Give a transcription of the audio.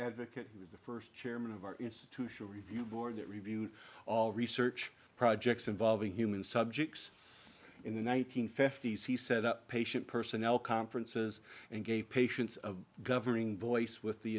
advocate he was the first chairman of our institutional review board that reviewed all research projects involving human subjects in the one nine hundred fifty s he set up patient personnel conferences and gave patients of governing voice with the